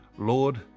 Lord